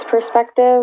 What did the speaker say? perspective